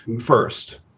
first